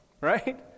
right